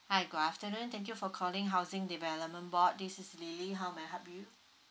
hi good afternoon thank you for calling housing development board this is lily how may I help you